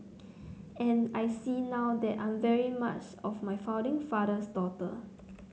and I see now that I'm very much of my founding father's daughter